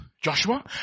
Joshua